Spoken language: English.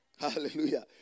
Hallelujah